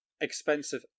expensive